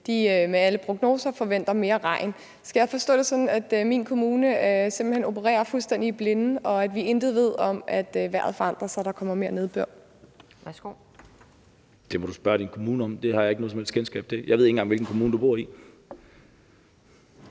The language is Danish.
de med alle prognoser forventer mere regn. Skal jeg forstå det sådan, at min kommune simpelt hen opererer fuldstændig i blinde, og at vi intet ved om, at vejret forandrer sig og der kommer mere nedbør?